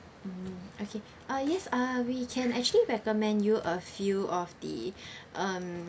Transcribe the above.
mm okay uh yes uh we can actually recommend you a few of the um